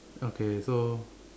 okay so